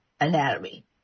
anatomy